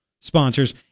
sponsors